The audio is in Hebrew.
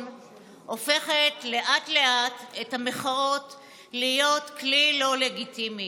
הופכת לאט-לאט את המחאות להיות כלי לא לגיטימי.